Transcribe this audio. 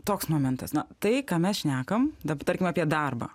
toks momentas na tai ką mes šnekam dabar tarkim apie darbą